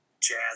jazz